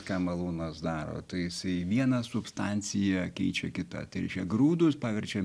ką malūnas daro tai jisai vieną substanciją keičia kita tai reiškia grūdus paverčia